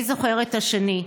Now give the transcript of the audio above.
מי זוכר את השני.